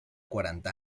quaranta